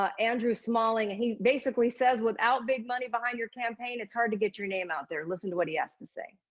ah andrew smalling, and he basically says without big money behind your campaign it's hard to get your name out there. listen to what he has to say.